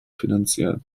finanziell